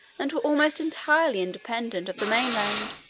and were almost entirely independent of the main-land.